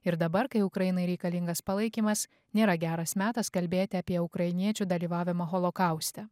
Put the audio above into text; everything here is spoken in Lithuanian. ir dabar kai ukrainai reikalingas palaikymas nėra geras metas kalbėti apie ukrainiečių dalyvavimą holokauste